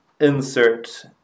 insert